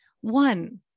One